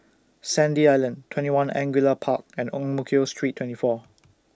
Sandy Island TwentyOne Angullia Park and Ang Mo Kio Street twenty four